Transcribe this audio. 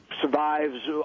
survives